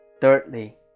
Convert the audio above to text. Thirdly